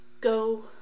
go